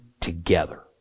together